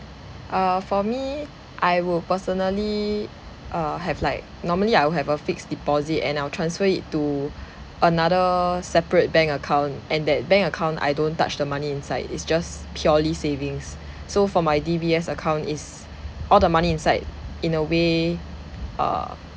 err for me I will personally err have like normally I will have like a fixed deposit and I'll transfer it to another separate bank account and that bank account I don't touch the money inside it's just purely savings so for my D_B_S account is all the money inside in a way err